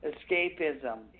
Escapism